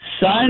Sign